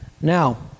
Now